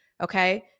Okay